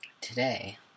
today